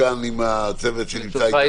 ונמשיך מכאן עם הצוות שנמצא איתנו כאן.